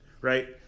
right